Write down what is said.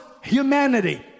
humanity